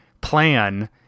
plan